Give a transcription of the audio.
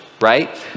right